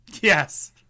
yes